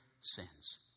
sins